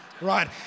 right